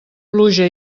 pluja